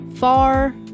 Far